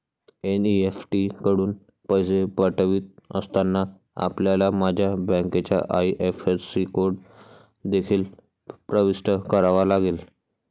NEFT कडून पैसे पाठवित असताना, आपल्याला माझ्या बँकेचा आई.एफ.एस.सी कोड देखील प्रविष्ट करावा लागेल